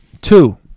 Two